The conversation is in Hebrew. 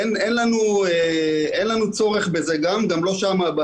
אין לנו צורך בזה וגם הבעיה היא לא שם.